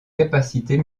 capacités